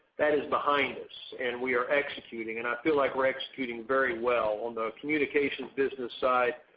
that is behind us. and we are executing, and i feel like we're executing very well. on the communications business side,